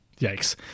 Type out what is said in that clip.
yikes